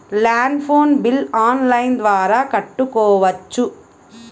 Land phone bill online ద్వారా కట్టుకోవచ్చు?